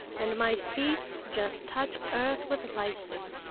and my feets just touch earth with lightsome.